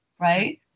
right